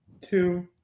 two